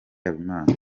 habimana